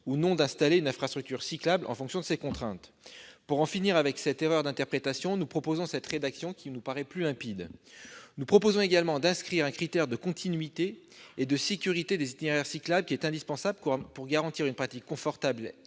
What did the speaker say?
ou pas d'installer une infrastructure cyclable selon ces contraintes. Pour en finir avec cette erreur d'interprétation, nous proposons cette rédaction qui nous paraît plus limpide. Nous proposons également d'inscrire un critère de continuité et de sécurité des itinéraires cyclables, indispensable pour garantir une pratique confortable